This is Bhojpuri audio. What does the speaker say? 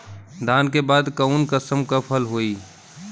धान के बाद कऊन कसमक फसल होई?